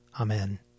Amen